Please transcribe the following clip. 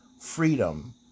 freedom